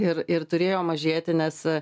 ir ir turėjo mažėti nes